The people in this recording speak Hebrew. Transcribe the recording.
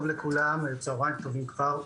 צוהריים טובים לכולם.